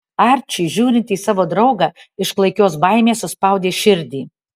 arčiui žiūrint į savo draugą iš klaikios baimės suspaudė širdį